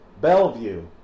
Bellevue